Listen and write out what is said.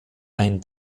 ein